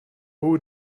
who